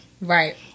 Right